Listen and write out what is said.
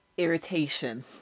irritation